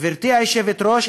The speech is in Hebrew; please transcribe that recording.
גברתי היושבת-ראש,